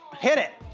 hit it!